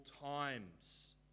times